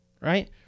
Right